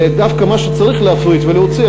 ודווקא את מה שצריך להפריט ולהוציא,